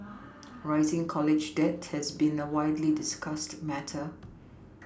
rising college debt has been a widely discussed matter